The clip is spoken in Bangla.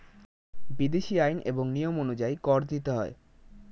বিদেশী আইন এবং নিয়ম অনুযায়ী কর দিতে হয়